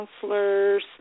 counselors